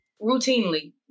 routinely